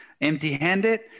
empty-handed